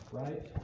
right